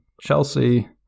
Chelsea